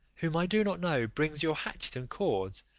whom i do not know, brings your hatchet and cords,